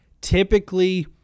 Typically